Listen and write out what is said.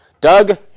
Doug